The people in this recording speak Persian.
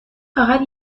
فقط